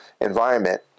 environment